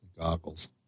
Goggles